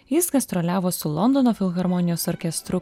jis gastroliavo su londono filharmonijos orkestru